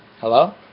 Hello